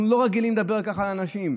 אנחנו לא רגילים לדבר כך על אנשים,